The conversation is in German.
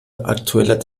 aktueller